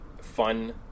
fun